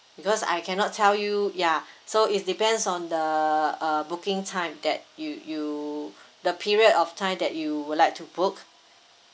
because I cannot tell you ya so is depends on the uh booking time that you you the period of time that you would like to book